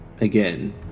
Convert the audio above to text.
again